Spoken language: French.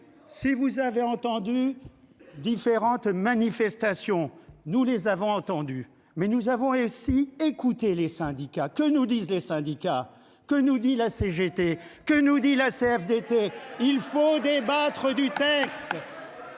Si vous avez entendu différentes manifestations. Nous les avons entendus mais nous avons aussi écouter les syndicats. Que nous disent les syndicats. Que nous dit la CGT. Que nous dit la CFDT. Il faut débattre du texte.